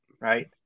right